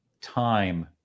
time